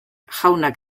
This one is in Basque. jaunak